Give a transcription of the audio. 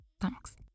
Thanks